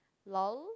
lol